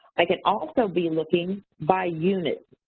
i can also be looking by unit.